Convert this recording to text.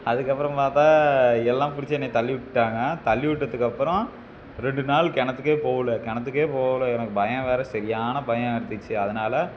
அதுக்கப்புறம் பார்த்தா எல்லாம் பிடிச்சி என்னை தள்ளி விட்டுட்டாங்க தள்ளி விட்டதுக்கப்பறம் ரெண்டு நாள் கிணத்துக்கே போகல கிணத்துக்கே போகல எனக்கு பயம் வேறு சரியான பயம் எடுத்துக்குச்சு அதனால்